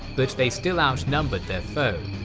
but they still outnumbered the foe,